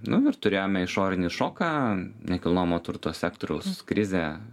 nu ir turėjome išorinį šoką nekilnojamo turto sektoriaus krizę